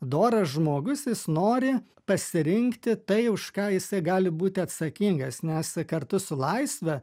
doras žmogus jis nori pasirinkti tai už ką jisai gali būti atsakingas nes kartu su laisve